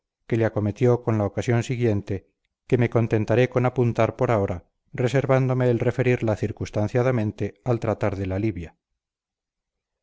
que le acometió con la ocasión siguiente que me contentaré con apuntar por ahora reservándome el referirla circunstanciadamente al tratar de la libia